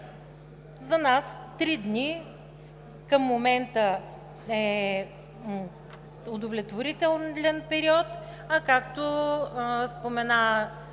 За нас три дни към момента е удовлетворителен период, а както спомена